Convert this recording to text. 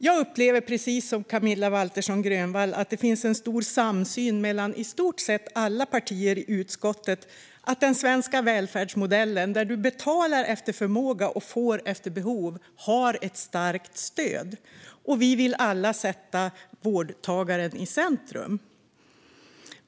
Jag upplever, precis som Camilla Waltersson Grönvall, att det finns en stor samsyn mellan i stort sett alla partier i utskottet om att den svenska välfärdsmodellen där du betalar efter förmåga och får efter behov har ett starkt stöd. Vi vill alla sätta vårdtagaren i centrum.